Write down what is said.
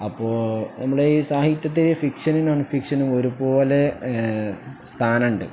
അപ്പോള് നമ്മുടെ ഈ സാഹിത്യത്തില് ഫിക്ഷനും നോൺ ഫിക്ഷനും ഒരുപോലെ സ്ഥാനമുണ്ട്